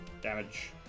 damage